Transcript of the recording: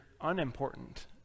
unimportant